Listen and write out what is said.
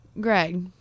Greg